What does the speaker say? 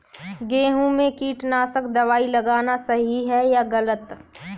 गेहूँ में कीटनाशक दबाई लगाना सही है या गलत?